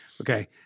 Okay